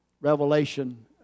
revelation